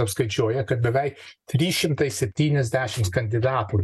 apskaičiuoja kad beveik trys šimtai septyniasdešims kandidatų